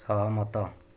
ସହମତ